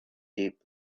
deep